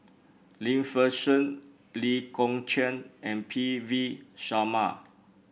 Lim Fei Shen Lee Kong Chian and P V Sharma